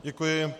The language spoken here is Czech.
Děkuji.